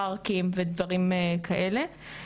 פארקים ודברים כאלה.